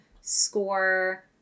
score